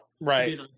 Right